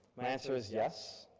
my answer is yes,